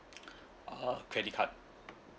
uh credit card